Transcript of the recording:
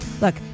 Look